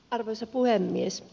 arvoisa puhemies